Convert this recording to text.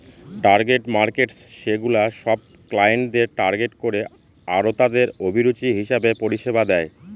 target markets সেগুলা সব ক্লায়েন্টদের টার্গেট করে আরতাদের অভিরুচি হিসেবে পরিষেবা দেয়